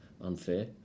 unfair